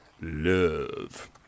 love